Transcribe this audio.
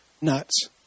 nuts